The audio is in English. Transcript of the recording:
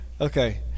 Okay